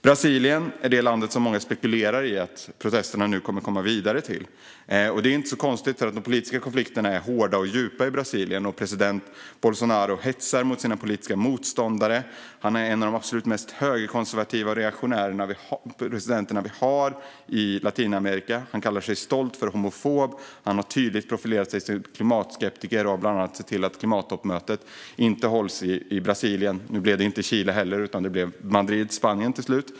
Brasilien är det land som många spekulerar att protesterna kommer att gå vidare till. Det är inte så konstigt, för de politiska konflikterna är hårda och djupa i Brasilien. President Bolsonaro hetsar mot sina politiska motståndare. Han är en av de absolut mest högerkonservativa och reaktionära presidenterna i Latinamerika. Han kallar sig stolt för homofob. Han har tydligt profilerat sig som klimatskeptiker och bland annat sett till att klimattoppmötet inte hålls i Brasilien. Nu blev det inte Chile heller, utan det blev till slut Madrid i Spanien.